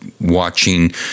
watching